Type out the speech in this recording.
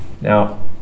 Now